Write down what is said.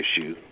issue